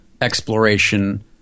exploration